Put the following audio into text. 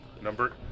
Number